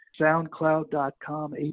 soundcloud.com